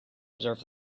observe